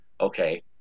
okay